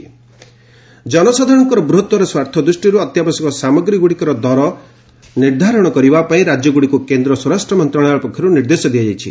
home ministry ଜନସାଧାରଣଙ୍କ ବୃହତର ସ୍ୱାର୍ଥ ଦୃଷ୍ଟିରୁ ଅତ୍ୟାବଶ୍ୟକ ସାମଗ୍ରୀଗୁଡ଼ିକର ଦର ନିର୍ଦ୍ଧାରଣ କରିବା ପାଇଁ ରାଜ୍ୟଗୁଡ଼ିକୁ କେନ୍ଦ୍ର ସ୍ୱରାଷ୍ଟ୍ର ମନ୍ତ୍ରଣାଳୟ ପକ୍ଷରୁ ନିର୍ଦ୍ଦେଶ ଦିଆଯାଇଛି